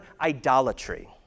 idolatry